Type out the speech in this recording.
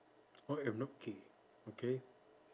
I am not gay okay